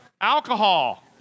Alcohol